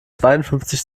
zweiundfünfzig